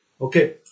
Okay